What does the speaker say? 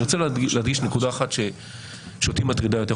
אני רוצה להדגיש נקודה אחת שאותי מטרידה יותר.